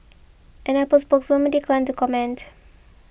an Apple spokeswoman declined to comment